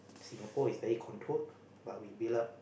Singapore is very controlled but we build up